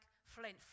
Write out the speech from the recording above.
flint